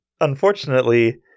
unfortunately